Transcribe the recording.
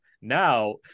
Now